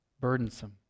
burdensome